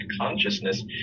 consciousness